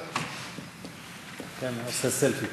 מלינובסקי, ענת ברקו ויעקב